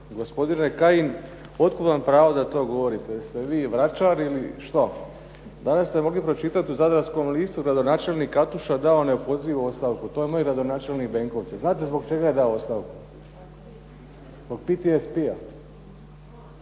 Gospodine Kajin, otkud vam pravo da to govorite? Jeste vi vračar ili što? Danas ste mogli pročitati u zadarskom listu gradonačelnik Katuša dao neopozivu ostavku. To je moj gradonačelnik Benkovca. Znate zbog čega je dao ostavku? Zbog PTSP-a.